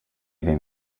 wiem